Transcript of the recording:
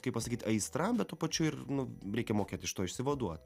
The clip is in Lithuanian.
kaip pasakyt aistra bet tuo pačiu ir reikia mokėt iš to išsivaduot